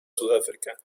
sudáfrica